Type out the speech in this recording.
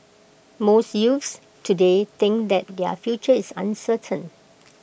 most youths today think that their future is uncertain